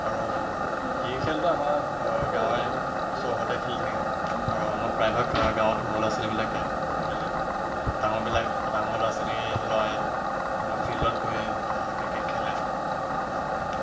আৰু ক্ৰিকেট খেলটো আমাৰ গাঁৱে চহৰতে খেলি থাকে আৰু আমাৰ প্ৰায়ভাগ গাঁৱত সৰু ল'ৰা ছোৱালীবিলাকে খেলে ডাঙৰবিলাক ডাঙৰ ল'ৰা ছোৱালী লয় আপোনাৰ ফিল্ডত গৈ ক্ৰিকেট খেলে হৈছে ন